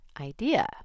idea